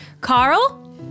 Carl